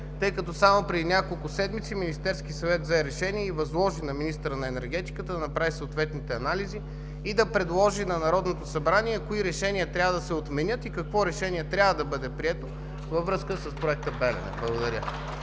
тъй като само преди няколко седмици Министерският съвет взе решение и възложи на министъра на енергетиката да направи съответните анализи и да предложи на Народното събрание кои решения трябва да се отменят и какво решение трябва да бъде прието във връзка с проекта „Белене“. Благодаря